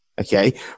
okay